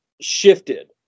shifted